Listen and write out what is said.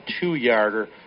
two-yarder